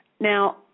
Now